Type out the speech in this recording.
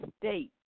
state